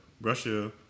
Russia